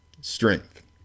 strength